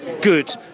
good